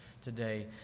today